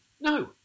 No